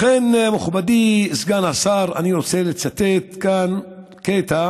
לכן, מכובדי סגן השר, אני רוצה לצטט כאן קטע